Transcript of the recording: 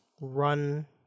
run